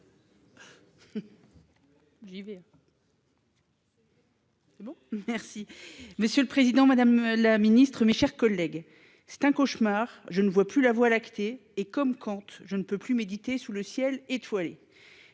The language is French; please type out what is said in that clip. monsieur le Président Madame la Ministre, mes chers collègues. C'est un cauchemar, je ne vois plus la Voie lactée et comme compte je ne peux plus méditer sous le ciel étoilé.